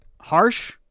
harsh